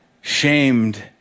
shamed